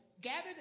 gathered